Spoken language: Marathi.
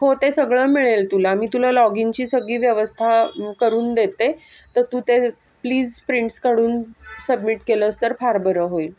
हो ते सगळं मिळेल तुला मी तुला लॉगिनची सगळी व्यवस्था करून देते तर तू ते प्लीज प्रिंट्स काढून सबमिट केलंस तर फार बरं होईल